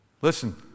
Listen